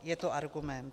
Je to argument.